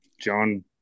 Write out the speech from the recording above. John